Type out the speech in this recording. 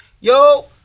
yo